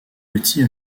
petit